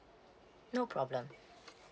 no problem